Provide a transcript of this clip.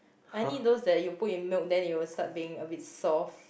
I need those that you put in milk then it will start being a bit soft